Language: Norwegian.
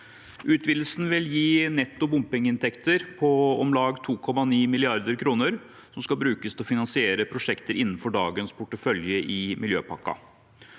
Utvidelsen vil gi netto bompengeinntekter på om lag 2,9 mrd. kr, som skal brukes til å finansiere prosjekter innenfor dagens portefølje i Miljøpakken.